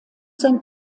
sein